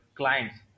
clients